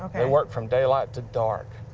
they worked from daylight to dark.